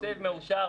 זה תקציב מאושר.